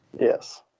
Yes